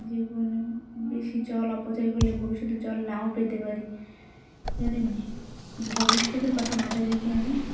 যে কোনো বেশি জল অপচয় করলে ভবিষ্যতে জল নাও পেতে পারি জন্য ভবিষ্যতের কথা মাথায় রেখে আমি